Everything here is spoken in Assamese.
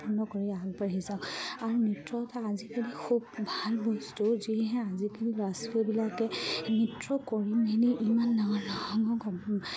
আনন্দ কৰি আগবাঢ়ি যাওক আৰু নৃত্য এটা আজিকালি খুব ভাল বস্তু যিয়েহে আজিকালি ল'ৰা ছোৱালীবিলাকে নৃত্য কৰি মেলি ইমান ডাঙৰ